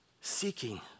seeking